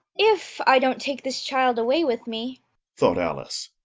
if i don't take this child away with me thought alice,